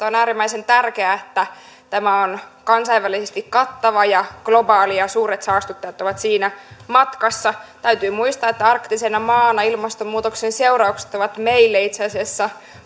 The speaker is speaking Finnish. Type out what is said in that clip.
on äärimmäisen tärkeää että tämä on kansainvälisesti kattava ja globaali ja suuret saastuttajat ovat siinä matkassa täytyy muistaa että arktisena maana ilmastonmuutoksen seuraukset ovat meille itse asiassa